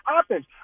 offense